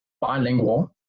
bilingual